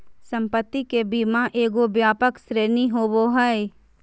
संपत्ति के बीमा एगो व्यापक श्रेणी होबो हइ